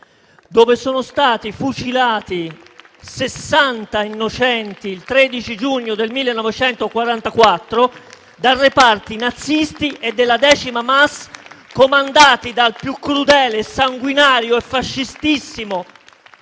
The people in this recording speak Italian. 1944 sono stati fucilati 60 innocenti da reparti nazisti e della Decima Mas, comandati dal più crudele, sanguinario e fascistissimo